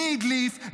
מי הדליף,